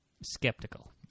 skeptical